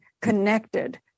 connected